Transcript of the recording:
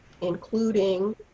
including